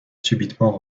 subitement